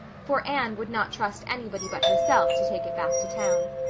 for anne would not trust anybody but herself to take it back to town.